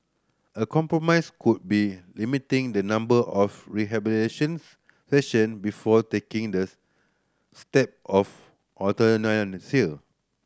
a compromise could be limiting the number of rehabilitation session before taking the step of